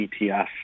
ETF